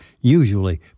usually